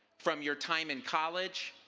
from your time in college,